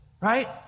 right